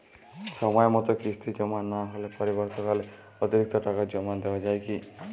সময় মতো কিস্তি জমা না হলে পরবর্তীকালে অতিরিক্ত টাকা জমা দেওয়া য়ায় কি?